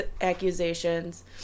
accusations